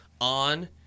On